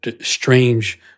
strange